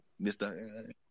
Mr